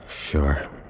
Sure